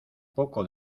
poco